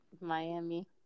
Miami